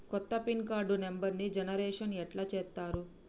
కొత్త pin card నెంబర్ని generation ఎట్లా చేత్తరు?